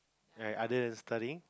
like other than studying